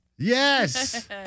Yes